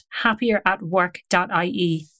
happieratwork.ie